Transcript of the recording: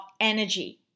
energy